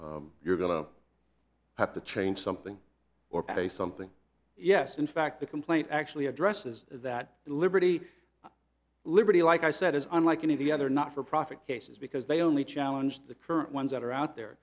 you're going to have to change something or pay something yes in fact the complaint actually addresses that liberty liberty like i said is unlike any other not for profit cases because they only challenge the current ones that are out there